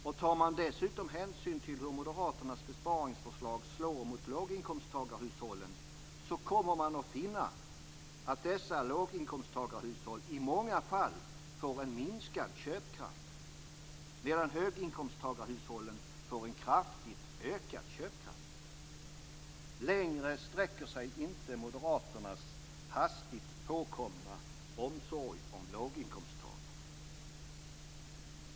Och tar man dessutom hänsyn till hur moderaternas besparingsförslag slår mot låginkomsttagarhushållen kommer man att finna att dessa låginkomsttagarhushåll i många fall får en minskad köpkraft, medan höginkomsttagarhushållen får en kraftigt ökad köpkraft. Längre sträcker sig inte moderaternas hastigt påkomna omsorg om låginkomsttagarna.